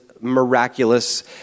miraculous